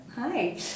Hi